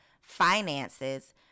finances